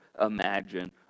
imagine